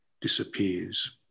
disappears